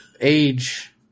Age